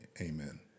Amen